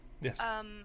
Yes